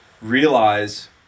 realize